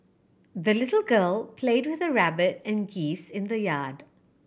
the little girl played with her rabbit and geese in the yard